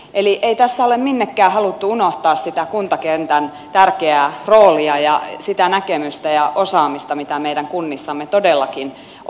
eli ei tässä ole minnekään haluttu unohtaa sitä kuntakentän tärkeää roolia ja sitä näkemystä ja osaamista mitä meidän kunnissamme todellakin on